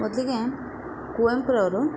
ಮೊದಲಿಗೆ ಕುವೆಂಪುರವರು